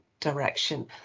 direction